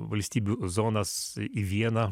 valstybių zonas į vieną